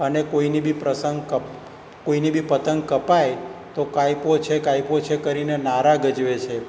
અને કોઈની બી પ્રસંગ કોઈની બી પતંગ કપાય તો કાપ્યો છે કાપ્યો છે કરીને નારા ગજવે છે